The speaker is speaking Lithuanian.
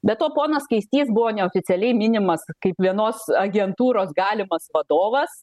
be to ponas skaistys buvo neoficialiai minimas kaip vienos agentūros galimas vadovas